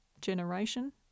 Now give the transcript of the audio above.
generation